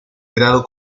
grado